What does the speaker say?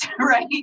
right